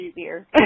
easier